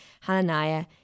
Hananiah